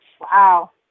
Wow